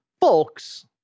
Folks